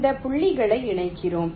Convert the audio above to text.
இந்த புள்ளிகளை இணைக்கிறோம்